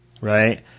right